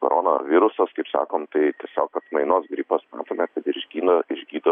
koronavirusas kaip sakom tai tiesiog atmainos gripas suprantame kad ir iš gino išgydo